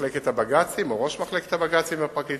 נדמה לי מחלקת הבג"צים או ראש מחלקת הבג"צים בפרקליטות,